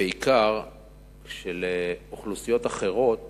בעיקר כשכלפי אוכלוסיות אחרות